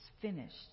finished